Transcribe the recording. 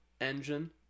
engine